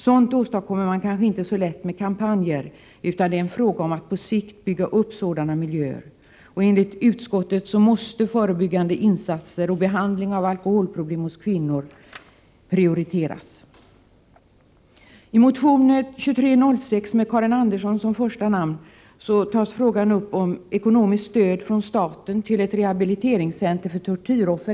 Sådant åstadkommer man kanske inte så lätt med kampanjer, utan det är en fråga om att på sikt bygga upp sådana miljöer. Enligt utskottet måste förebyggande insatser och behandling av alkoholproblem hos kvinnor prioriteras. Sverige.